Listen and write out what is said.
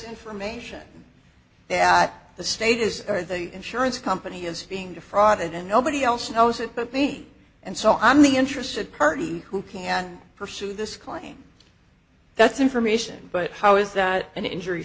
information that the state is or the insurance company is being defrauded and nobody else knows it but me and so i'm the interested party who can pursue this claim that's information but how is that an injury